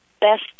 best